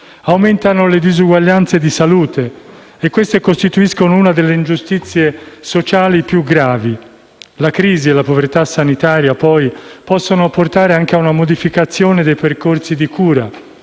Aumentano le disuguaglianze di salute, che costituiscono una delle ingiustizie sociali più gravi. La crisi e la povertà sanitaria poi possono portare anche a una modificazione dei percorsi di cura: